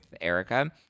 Erica